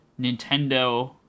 nintendo